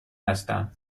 هستم